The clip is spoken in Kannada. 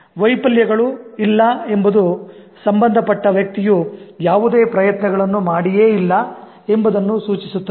ವೈಫಲ್ಯಗಳು ಇಲ್ಲ ಎಂಬುದು ಸಂಬಂಧಪಟ್ಟ ವ್ಯಕ್ತಿಯು ಯಾವುದೇ ಪ್ರಯತ್ನಗಳನ್ನು ಮಾಡಿಯೇ ಇಲ್ಲ ಎಂಬುದನ್ನು ಸೂಚಿಸುತ್ತದೆ